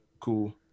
cool